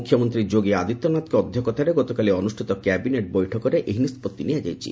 ମୁଖ୍ୟମନ୍ତ୍ରୀ ଯୋଗୀ ଆଦିତ୍ୟନାଥଙ୍କ ଅଧ୍ୟକ୍ଷତାରେ ଗତକାଲି ଅନୁଷ୍ଠିତ କ୍ୟାବିନେଟ୍ ବୈଠକରେ ଏହି ନିଷ୍ପଭି ନିଆଯାଇଛି